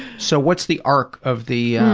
so, what's the arc of the